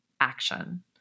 action